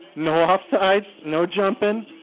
no offsides. no jumping